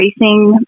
racing